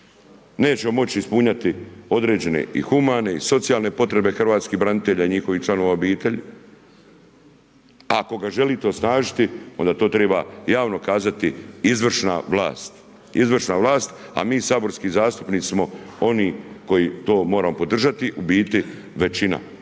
nećemo moći ispunjavati određene i humane i socijalne potrebe hrvatskih branitelja i njihovih članova obitelji. Ako ga želite osnažiti onda to treba javno kazati izvršna vlast. Izvršna vlast a mi saborski zastupnici smo oni koji to moramo podržati, u biti većina.